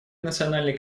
национальный